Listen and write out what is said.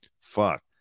fuck